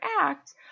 act